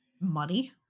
money